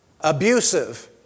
Abusive